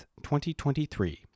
2023